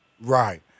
Right